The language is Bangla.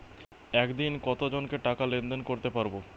একদিন কত জনকে টাকা লেনদেন করতে পারবো?